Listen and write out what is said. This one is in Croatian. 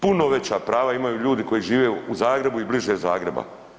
Puno veća prava imaju ljudi koji žive u Zagrebu i bliže Zagreba.